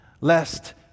Lest